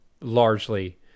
largely